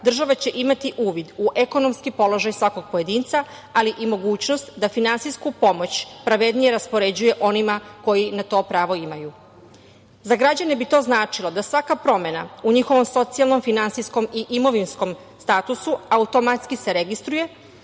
država će imati uvid u ekonomski položaj svakog pojedinca, ali i mogućnost da finansijsku pomoć pravednije raspoređuje onima koji na to pravo imaju.Za građane bi to značilo da svaka promena u njihovom socijalnom, finansijskom i imovinskom statusu automatski se registruje